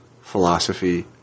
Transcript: philosophy